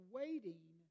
waiting